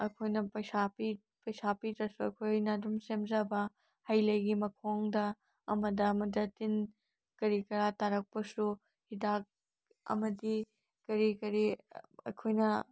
ꯑꯩꯈꯣꯏꯅ ꯄꯩꯁꯥ ꯄꯤ ꯄꯩꯁꯥ ꯄꯤꯗ꯭ꯔꯁꯨ ꯑꯩꯈꯣꯏꯅ ꯑꯗꯨꯝ ꯁꯦꯝꯖꯕ ꯍꯩꯂꯩꯒꯤ ꯃꯈꯣꯡꯗ ꯑꯃꯗ ꯑꯃꯗ ꯇꯤꯟ ꯀꯔꯤ ꯀꯔꯥ ꯇꯥꯔꯛꯄꯁꯨ ꯍꯤꯗꯥꯛ ꯑꯃꯗꯤ ꯀꯔꯤ ꯀꯔꯤ ꯑꯩꯈꯣꯏꯅ